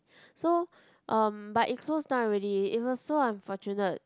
so um but it close down already it was so unfortunate